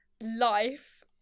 life